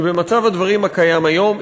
שבמצב הדברים הקיים היום,